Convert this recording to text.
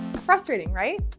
frustrating, right?